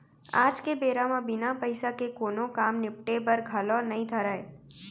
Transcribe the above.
आज के बेरा म बिना पइसा के कोनों काम निपटे बर घलौ नइ धरय